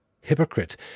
Hypocrite